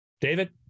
David